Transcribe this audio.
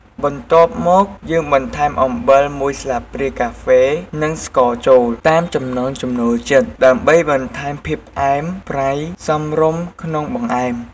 បន្ទាប់មកយើងបន្ថែមអំបិលមួយស្លាបព្រាកាហ្វេ និងស្ករចូល តាមចំណង់ចំណូលចិត្ត ដើម្បីបន្ថែមភាពផ្អែមប្រៃសមរម្យក្នុងបង្អែម។